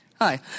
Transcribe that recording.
Hi